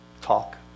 talk